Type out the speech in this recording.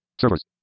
servers